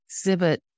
exhibit